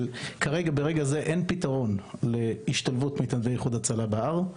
אבל אני רק אומר שברגע זה אין פתרון להשתלבות מתנדבי איחוד הצלה בהר.